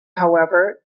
however